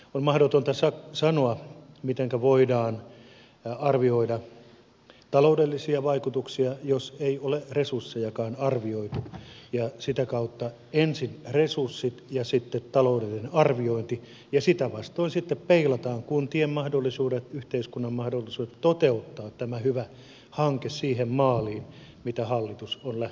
on mahdotonta sanoa mitenkä voidaan arvioida taloudellisia vaikutuksia jos ei ole resurssejakaan arvioitu ja sitä kautta ensin resurssit ja sitten taloudellinen arviointi ja niitä vasten sitten peilataan kuntien mahdollisuudet yhteiskunnan mahdollisuudet toteuttaa tämä hyvä hanke siihen maaliin mitä hallitus on lähtenyt tavoittelemaan